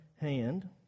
hand